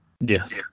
Yes